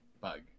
bug